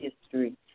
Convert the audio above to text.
history